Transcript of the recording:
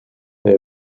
they